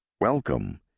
Welcome